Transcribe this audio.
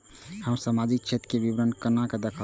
हम सामाजिक क्षेत्र के विवरण केना देखब?